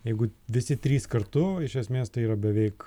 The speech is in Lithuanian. jeigu visi trys kartu iš esmės tai yra beveik